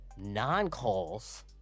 non-calls